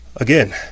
Again